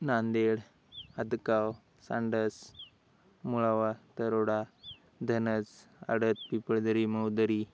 Nanded Adkav Sandas Mulawa Taroda Dhanas Adad Pipaldari Maudari